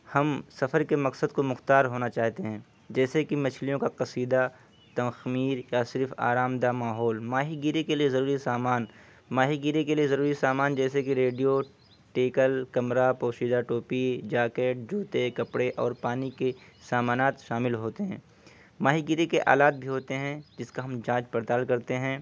ہم سفر کے مقصد کو مختار ہونا چاہتے ہیں جیسے کہ مچھلیوں کا قصیدہ تخمیر کا صرف آرام دہ ماحول ماہی گیری کے لیے ضروری سامان ماہی گیری کے لیے ضروری سامان جیسے کہ ریڈیو ٹیکل کمرہ پوشیزہ ٹوپی جاکیٹ جوتے کپڑے اور پانی کی سامانات شامل ہوتے ہیں ماہی گیری کے آلات بھی ہوتے ہیں جس کا ہم جانچ پڑتال کرتے ہیں